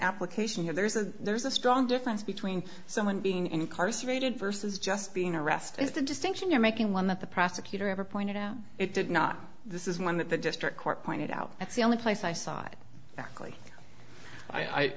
application here there's a there's a strong difference between someone being incarcerated versus just being arrested is the distinction you're making one that the prosecutor ever pointed out it did not this is one that the district court pointed out that's the only place i side actually i